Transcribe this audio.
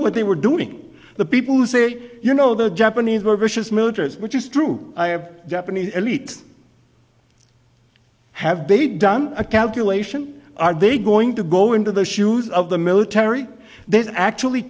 what they were doing the people who say you know the japanese were vicious militaries which is true i have japanese elites have begun done a calculation are they going to go into the shoes of the military there's actually